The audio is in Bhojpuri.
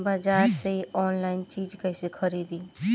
बाजार से आनलाइन चीज कैसे खरीदी?